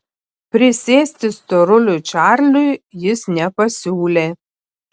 prisėsti storuliui čarliui jis nepasiūlė